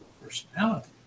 personality